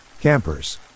Campers